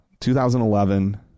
2011